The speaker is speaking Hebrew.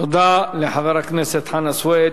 תודה לחבר הכנסת חנא סוייד.